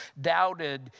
doubted